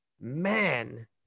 man